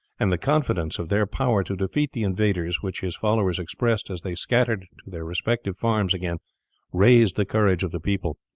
and the confidence of their power to defeat the invaders which his followers expressed as they scattered to their respective farms again raised the courage of the people.